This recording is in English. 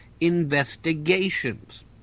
investigations